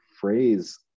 phrase